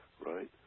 right